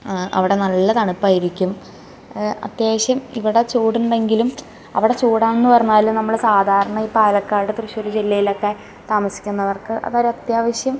അവിടെ നല്ല തണുപ്പായിരിക്കും അത്യാവശ്യം ഇവിടെ ചൂടുണ്ടെങ്കിലും അവിടെ ചൂടാണെന്ന് പറഞ്ഞാൽ നമ്മൾ സാധാരണ ഈ പാലക്കാട് തൃശ്ശൂര് ജില്ലേലക്കെ താമസിക്കുന്നവർക്ക് അതൊരത്യാവശ്യം